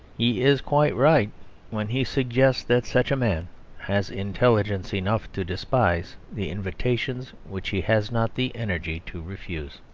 he is quite right when he suggests that such a man has intelligence enough to despise the invitations which he has not the energy to refuse.